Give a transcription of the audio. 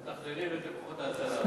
מתכננים את כוחות ההצלה.